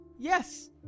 Yes